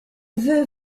veux